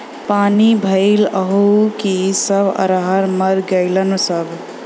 पानी भईल हउव कि सब अरहर मर गईलन सब